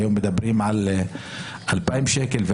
והיום מדברים על 2,000 שקל,